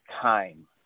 time